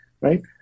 right